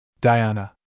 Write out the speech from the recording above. Diana